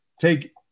Take